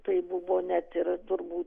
tai buvo net ir turbūt